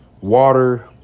water